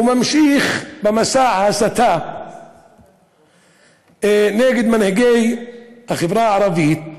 הוא ממשיך במסע ההסתה נגד מנהיגי החברה הערבית,